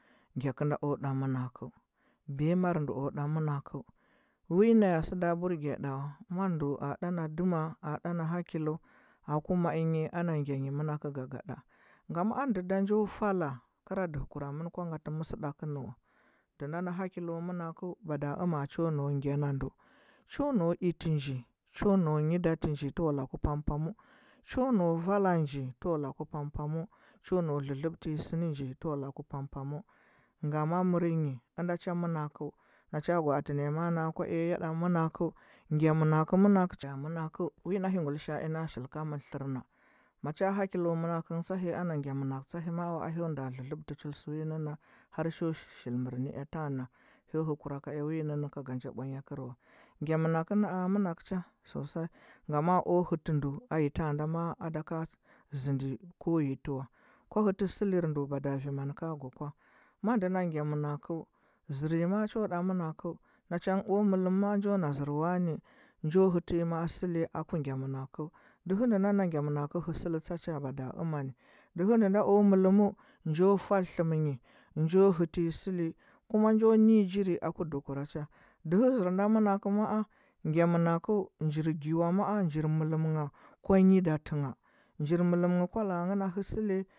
Gya kɚnda o ɗa mɚnakɚu biya mar ndu o ɗa manakeu ma ndu a ɗa na ɗana duna hakilu aku mai nyi ana gya nyi menakeu gaga ɗa ngama a nde da njo fala kɚra dehekura men kwa ngalɚ mɚsɗakɚu nɚ wa ndu na na hakilu manakɚu mada aman cho nau chon a choc ho nau ɚtɚ choc ho nau nyiɗa te nji bewa laku pampam cho nau vala nji tewa laku pam pamu cho nau lɚlɚbti nyi sɚ nɚ nji tɚwa laku pam pamu ngama mir nyi ɚnda cha manakeu na cha gwa ati na. a ma. a naa kwa iya ya ɗa menakeu gya menakeu menakeu cha menakeu wi na hi guilishoa ina shili ka mir tler na ma cha hakilu manakeu ana gya mɚnake cha hi ma. a hyo nda lɚlɚbtɚ sɚ wi nɚ nɚ har hya shili mɚr nɚea ta nɚ hɚ kuraka ea ka ga nja ɓwanya kɚrewa gya mɚnakɚu naa mɚnakɚu naa mɚnakɚu cha sosai ngama o hɚtɚ ndu a nyi ta nda ma ada ka zɚndi yatiwa kwa hɚtɚ sɚlir ndu mada vi mani ka gwa kwa ma ndu na gya mɚnɚkɚu zereyi ma cho ɗa monake na cha nge o mellum ma a njo na zɚr wani njo hɚtɚ nyi ma’a seli aku gya manakeu delie ndu n na gya enakeu hɚsɚli tsa cha mada amani dɚhɚ nde na o mallua njo fal tlem nyi njo hɚtɚ mi sɚli kuma njo ne nyi nwi an ndu kura cha dele zar na menakɚu ma. a njir gyawa ma njir mullar ngha kwa nyidaɚtɚ ngha na hesdi